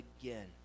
again